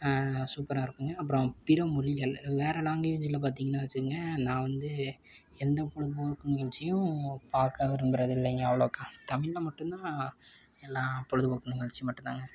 சூப்பராக இருக்கும் அப்றம் பிற மொழிகள் வேறு லாங்குவேஜில் பார்த்திங்கனா வச்சுங்க நான் வந்து எந்த பொழுதுபோக்கு நிகழ்ச்சியும் பார்க்க விரும்புகிறதில்லைங்க அவ்வளோக்கா தமிழில் மட்டும் தான் எல்லாம் பொழுதுபோக்கு நிகழ்ச்சி மட்டுந்தாங்க